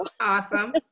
Awesome